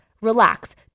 relax